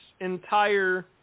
entire